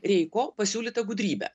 reiko pasiūlyta gudrybe